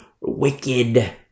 wicked